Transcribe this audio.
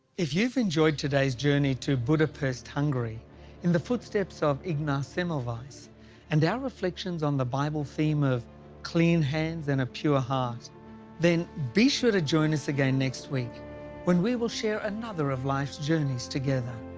if you've enjoyed today's journey to budapest, hungary in the footsteps of ignaz semmelweis and our reflections on the bible theme of clean hands and a pure heart then be sure to join us again next week when we will share another of life's journeys together.